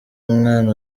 umwana